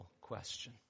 question